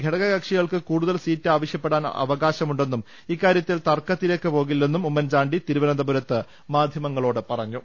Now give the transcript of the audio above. ഘടകക്ഷികൾക്ക് കൂടുതൽ സീറ്റ് ആവശ്യപ്പെടാൻ അവകാശമുണ്ടെന്നും ഇക്കാര്യത്തിൽ തർക്കത്തിലേക്ക് പോകില്ലെന്നും ഉമ്മൻചാണ്ടി തിരുവന്തപുരത്ത് മാധ്യമങ്ങളോട് പറഞ്ഞു